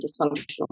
dysfunctional